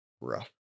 Rough